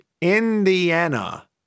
Indiana